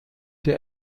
der